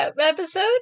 episode